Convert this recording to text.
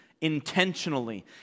intentionally